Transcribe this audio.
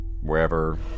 wherever